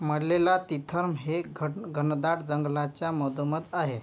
मल्लेला तीथम् हे घन् घनदाट जंगलाच्या मधोमध आहे